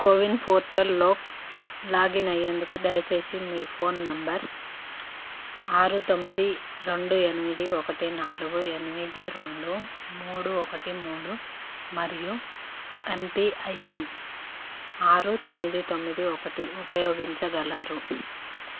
CoWIN portal లోకి login అయ్యేందుకు దయచేసి మీ ఫోన్ నంబర్ ఆరు తొమ్మిది రెండు ఎనిమిది ఒకటి నాలుగు ఎనిమిది రెండు మూడు ఒకటి మూడు మరియు ఎంపిఐఎన్ ఆరు తొమ్మిది తొమ్మిది ఒకటి ఉపయోగించగలరు